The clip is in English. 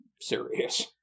serious